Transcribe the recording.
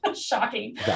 shocking